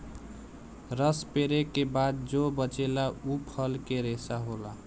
रस पेरे के बाद जो बचेला उ फल के रेशा होला